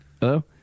Hello